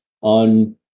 On